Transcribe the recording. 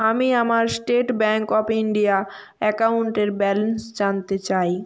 আমি আমার State Bank of India অ্যাকাউন্টের ব্যালেন্স জানতে চাই